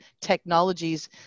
technologies